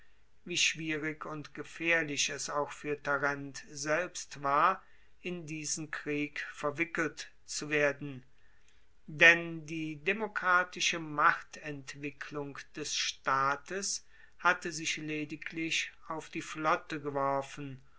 wie schwierig und gefaehrlich es auch fuer tarent selbst war in diesen krieg verwickelt zu werden denn die demokratische machtentwicklung des staates hatte sich lediglich auf die flotte geworfen